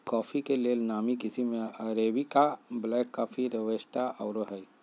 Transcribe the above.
coffee के लेल नामी किशिम में अरेबिका, ब्लैक कॉफ़ी, रोबस्टा आउरो हइ